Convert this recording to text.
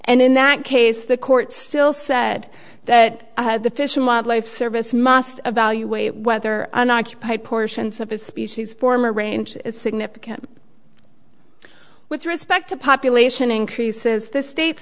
and in that case the court still said that the fish and wildlife service must evaluate whether unoccupied portions of a species form or range is significant with respect to population increases the state